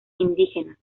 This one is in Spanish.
indígenas